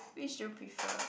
which you prefer